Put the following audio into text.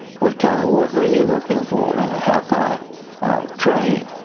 what kind of worker are you looking for and how can i train?